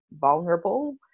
vulnerable